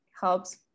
helps